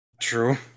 True